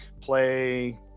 play